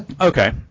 Okay